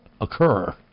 occur